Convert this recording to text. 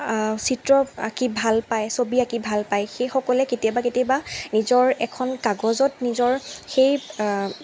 চিত্ৰ আঁকি ভাল পাই ছবি আঁকি ভাল পাই সেইসকলে কেতিয়াবা কেতিয়াবা নিজৰ এখন কাগজত নিজৰ সেই